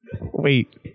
wait